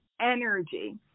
energy